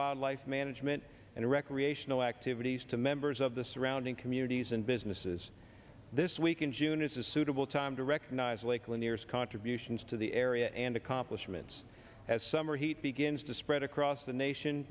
wildlife management and recreational activities to members of the surrounding communities and businesses this weekend june is a suitable time to recognize lake lanier as contributions to the area and accomplishments as summer heat begins to spread across the nation